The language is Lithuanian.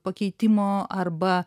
pakeitimo arba